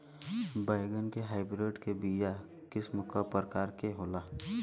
बैगन के हाइब्रिड के बीया किस्म क प्रकार के होला?